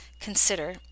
consider